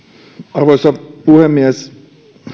arvoisa puhemies